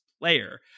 player